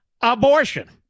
abortion